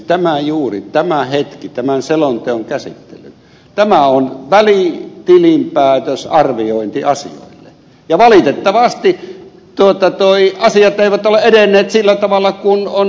tämä juuri tämä hetki tämän selonteon käsittely tämä on välitilinpäätösarviointi asioille ja valitettavasti asiat eivät ole edenneet sillä tavalla kuin on eduskunnan tahto ollut